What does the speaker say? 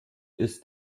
ist